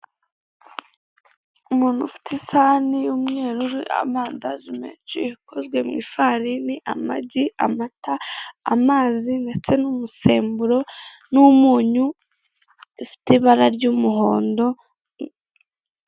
Umuntu ufite isahani y'umweru iriho amandazi menshi akozwe mu ifarini, amagi, amata, amazi ndetse n'umusemburo n'umunyu bifite ibara ry'umuhondo.